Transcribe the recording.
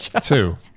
Two